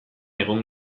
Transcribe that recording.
egon